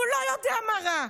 הוא לא יודע מה רע.